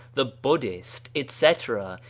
the buddhist, etc.